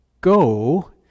go